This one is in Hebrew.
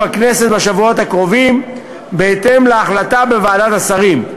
הכנסת בשבועות הקרובים בהתאם להחלטה בוועדת השרים.